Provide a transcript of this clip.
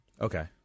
Okay